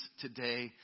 today